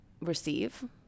receive